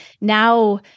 now